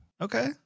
Okay